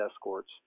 escorts